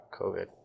COVID